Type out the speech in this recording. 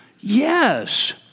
Yes